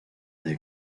they